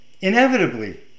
inevitably